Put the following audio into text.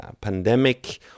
pandemic